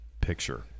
picture